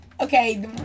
Okay